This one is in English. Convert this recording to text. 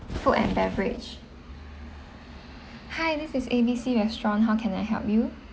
food and beverage hi this is A B C restaurant how can I help you